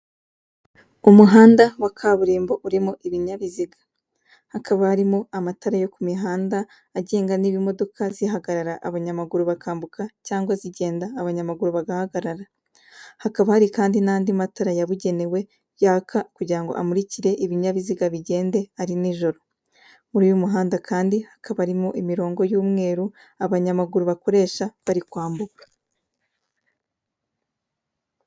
Umuhanda wa kaburimbo urimo ibinyabiziga. Hakaba harimo amatara yo ku mihanda agenga niba imodoka zihagarara abanyamaguru bakambuka cyangwa zigenda abanyamaguru bagahagarara. Hakaba hari kandi n'andi matara yabugenewe yaka kugira ngo amurikire ibinyabiziga bigende ari nijoro. Muri uyu muhanda kandi hakaba harimo imirongo y'umweru abanyamaguru bakoresha bari kwambuka.